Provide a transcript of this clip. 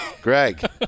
Greg